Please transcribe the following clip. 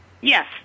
Yes